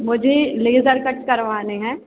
मुझे laser cut करवाने हैं